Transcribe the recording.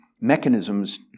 mechanisms